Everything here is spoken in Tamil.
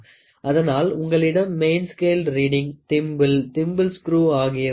அதனால் உங்களிடம் main scale reading thimble thimble screw ஆகியவை இருக்கும்